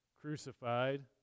crucified